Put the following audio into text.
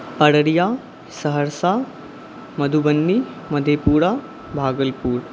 Araria Saharsa Madhubani Madhepura Bhagalpur